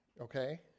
Okay